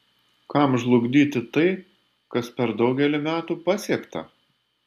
kam žlugdyti tai kas per daugelį metų pasiekta